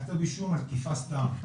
א.ש: היה כתב אישום על תקיפה סתם.